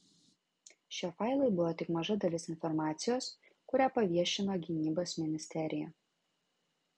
šie failai buvo tik maža dalis informacijos kurią paviešino gynybos ministerija